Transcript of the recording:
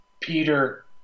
Peter